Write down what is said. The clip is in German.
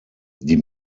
die